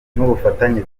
n’ubufatanye